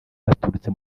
baturutse